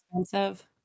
expensive